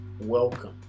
welcome